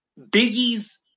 Biggie's